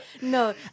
No